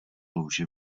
louži